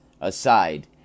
aside